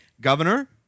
governor